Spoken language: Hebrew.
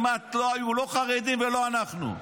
לא היו לא חרדים ולא אנחנו.